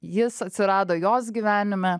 jis atsirado jos gyvenime